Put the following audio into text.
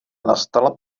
nastala